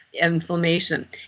inflammation